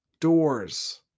doors